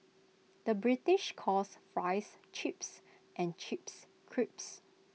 the British calls Fries Chips and Chips Crisps